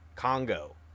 Congo